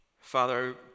father